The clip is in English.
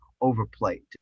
Overplayed